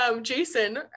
jason